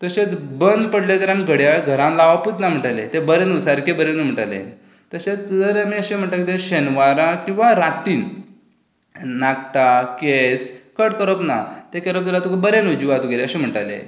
तशेंच बंद पडलें जाल्यार आमी घडयाळ घरांत लावपूच ना म्हणटालें तें बरें न्हू सारकें बरें न्हू म्हणटालें तशेंच जर आमी अशें म्हणटालें कितें शेनवारा किंवां रातीन नाकटां केस कट करप ना ते केलें उपरांत तुका बरें न्हू जिवाक तुगेल्या अशें म्हणटालें